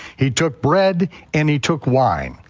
he took bread and he took wine.